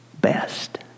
best